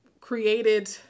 created